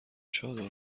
چادر